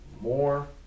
more